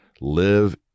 Live